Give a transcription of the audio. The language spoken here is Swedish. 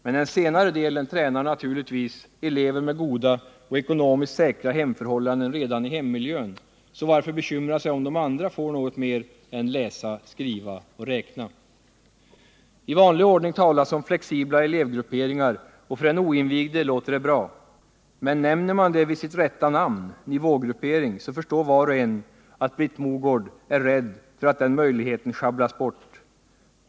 Men den senare delen tränar naturligtvis elever med goda och ekonomiskt säkra hemförhållanden redan i hemmiljö, så varför bekymra sig om att de andra får något mer än läsa, skriva och räkna? I vanlig ordning talas om flexibla elevgrupperingar, och för den oinvigde låter det bra. Men nämner man det vid dess rätta namn — nivågruppering — så förstår var och en att Britt Mogård är rädd för att den möjligheten sjabblas bort.